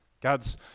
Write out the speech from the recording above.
God's